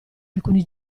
alcuni